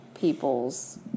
people's